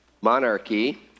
monarchy